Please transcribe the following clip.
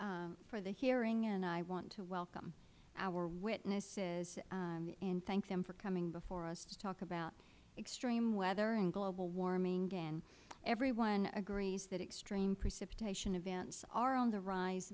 you for the hearing and i want to welcome our witnesses and thank them for coming before us to talk about extreme weather and global warming and everyone agrees that extreme precipitation events are on the rise